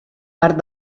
part